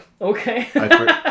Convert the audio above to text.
Okay